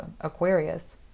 Aquarius